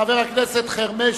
חבר הכנסת חרמש,